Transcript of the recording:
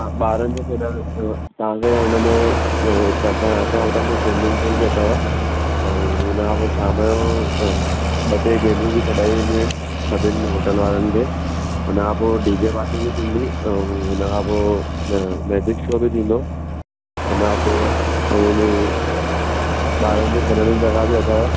हा ॿारनि जे खेॾणु तव्हांखे हुन में हिकु असांजे असांजे होटल में स्विमिंग पूल बि अथव ऐं हुन खां पोइ शाम जो ॿ टे गेमूं बि खेॾायूं वेंदियूं आहिनि सभिनी होटल वारनि खे हुन खां पोइ डी जे पाटी बि थींदी ऐं हुन खां पोइ मैजिक शो बि थींदो हुन खां पोइ ऐं हुन ॿारनि जे खेॾण जी जॻहि बि अथव